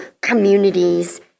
communities